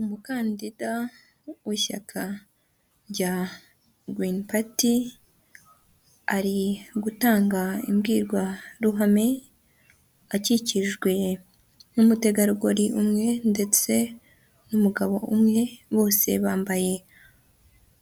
Umukandida w'ishyaka rya girini pati ari gutanga imbwirwaruhame, akikijwe n'umutegarugori umwe, ndetse n'umugabo umwe, bose bambaye